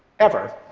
ever.